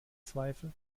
zweifel